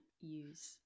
use